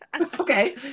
okay